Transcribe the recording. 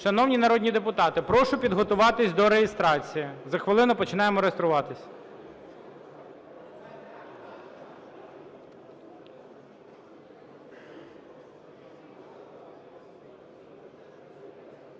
Шановні народні депутати, прошу підготуватись до реєстрації. За хвилину починаємо реєструватись.